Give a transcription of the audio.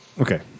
Okay